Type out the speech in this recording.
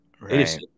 Right